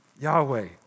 Yahweh